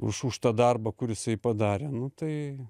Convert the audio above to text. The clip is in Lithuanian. už už tą darbą kur jisai padarė nu tai